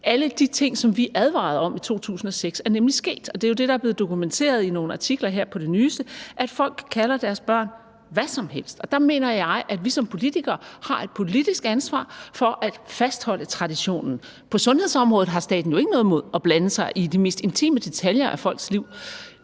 Alle de ting, som vi advarede mod i 2006, er nemlig sket. Det er jo det, der er blevet dokumenteret i nogle artikler her på det seneste, nemlig at folk kalder deres børn hvad som helst. Der mener jeg, at vi som politikere har et politisk ansvar for at fastholde traditionen. På sundhedsområdet har staten jo ikke noget imod at blande sig i de mest intime detaljer af folks liv,